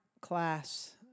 class